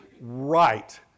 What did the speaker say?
right